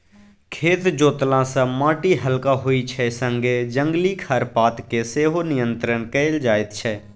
खेत जोतला सँ माटि हलका होइ छै संगे जंगली खरपात केँ सेहो नियंत्रण कएल जाइत छै